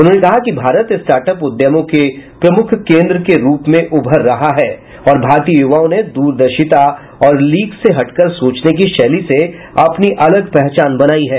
उन्होंने कहा कि भारत स्टार्टअप उद्यमों के प्रमुख केन्द्र के रूप में उभर रहा है और भारतीय युवाओं ने दूरदर्शिता और लीक से हटकर सोचने की शैली से अपनी अलग पहचान बनाई है